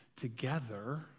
together